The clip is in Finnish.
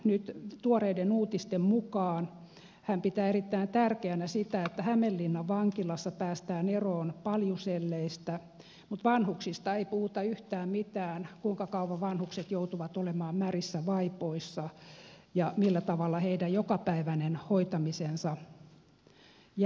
nyt tuoreiden uutisten mukaan hän pitää erittäin tärkeänä sitä että hämeenlinnan vankilassa päästään eroon paljuselleistä mutta vanhuksista ei puhuta yhtään mitään kuinka kauan vanhukset joutuvat olemaan märissä vaipoissa ja millä tavalla heidän jokapäiväinen hoitamisensa järjestetään